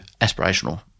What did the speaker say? aspirational